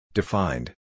Defined